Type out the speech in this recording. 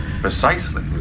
Precisely